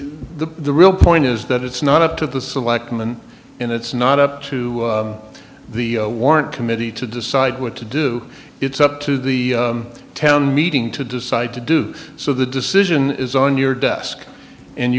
the the real point is that it's not up to the selectmen and it's not up to the warrant committee to decide what to do it's up to the town meeting to decide to do so the decision is on your desk and